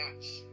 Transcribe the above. Yes